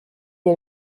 est